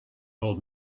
old